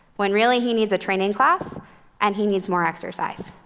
when really he needs a training class and he needs more exercise.